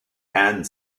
and